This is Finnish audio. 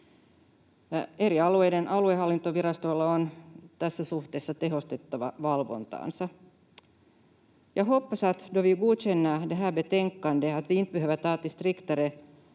Eri alueiden aluehallintovirastojen on tässä suhteessa tehostettava valvontaansa. Jag hoppas att vi, då vi godkänner det här betänkandet,